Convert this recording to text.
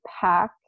pack